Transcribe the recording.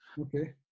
Okay